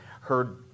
heard